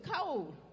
cold